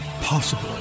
possible